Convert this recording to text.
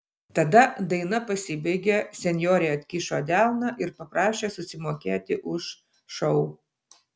tada daina pasibaigė senjorė atkišo delną ir paprašė susimokėti už šou